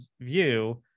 view